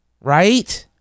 right